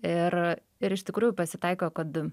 ir ir iš tikrųjų pasitaiko kad